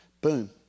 Boom